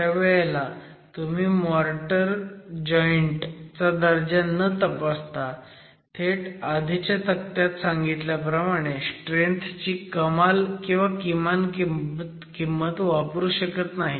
अशा वेळेला तुम्ही मोर्टर जॉईंट चा दर्जा न तपासता थेट आधीच्या तक्त्यात सांगितल्याप्रमाणे स्ट्रेंथ ची कमाल किंवा किमान किंमत वापरू शकत नाही